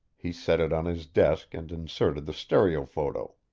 he set it on his desk and inserted the stereophoto.